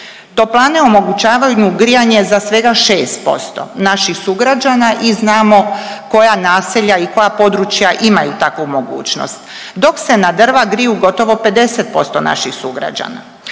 Toplane omogućavaju grijanje za svega 6% naših sugrađana i znamo koja naselja i koja područja imaju takvu mogućnost, dok se na drva griju gotovo 50% naših sugrađana.